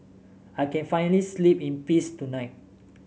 I can finally sleep in peace tonight